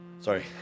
Sorry